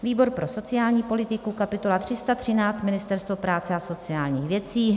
výbor pro sociální politiku: kapitola 313 Ministerstvo práce a sociálních věcí,